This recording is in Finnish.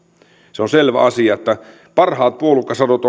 se on selvä asia että parhaat puolukkasadot